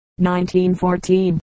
1914